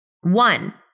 one